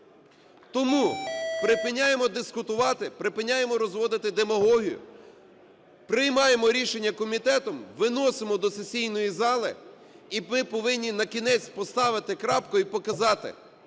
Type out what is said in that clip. Тому припиняємо дискутувати, припиняємо розводити демагогію, приймаємо рішення комітетом, виносимо до сесійної зали. І ми повинні накінець поставити крапку і показати,